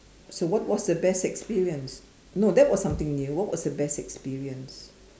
so what was the best experience no that was something new what was the best experience